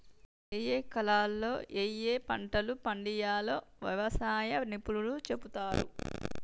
ఏయే కాలాల్లో ఏయే పంటలు పండియ్యాల్నో వ్యవసాయ నిపుణులు చెపుతారు